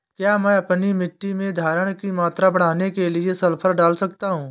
क्या मैं अपनी मिट्टी में धारण की मात्रा बढ़ाने के लिए सल्फर डाल सकता हूँ?